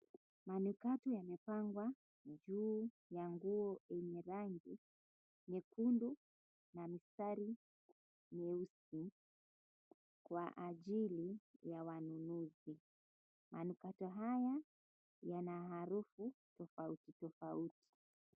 Manukato yamepangwa juu ya nguo yenye rangi nyekundu na mistari nyeusi kwa ajili ya wanunuzi. Manukato haya yana harufu tofauti tofauti.